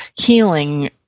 healing